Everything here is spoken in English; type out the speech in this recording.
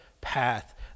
path